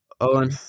Owen